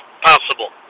possible